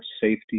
safety